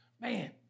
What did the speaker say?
Man